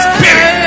Spirit